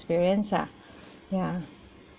experience ah ya